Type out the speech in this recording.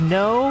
no